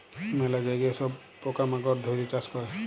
ম্যালা জায়গায় সব পকা মাকড় ধ্যরে চাষ ক্যরে